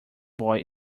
boy